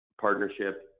partnership